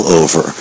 over